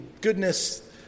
goodness